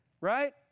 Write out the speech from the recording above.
right